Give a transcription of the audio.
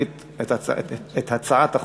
ותועבר לוועדת,